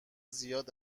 زیاد